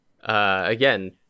again